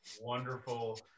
wonderful